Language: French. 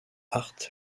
hart